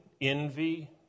Envy